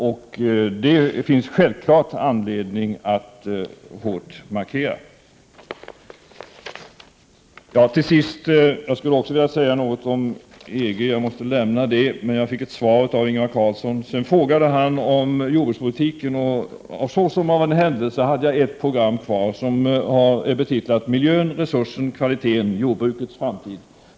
Självfallet finns det anledning att hårt markera detta. Jag skulle också ha velat säga någonting om EG, men jag måste lämna det. Jag fick ändå ett svar av Ingvar Carlsson. Sedan frågade han om jordbrukspolitiken. Såsom av en händelse hade jag faktiskt ett program kvar, som är betitlat Miljön, resursen, kvaliteten — jordbrukets framtid.